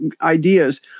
ideas